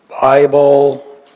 Bible